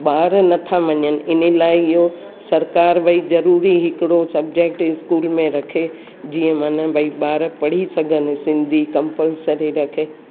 ॿार नथा मञनि हिननि लाइ इहो सरकार भई ज़रूरी हिकिड़ो सब्जैक्ट स्कूल में रखे जीअं वञो भई ॿार पढ़ी सघनि सिंधी कम्पलसरी रखे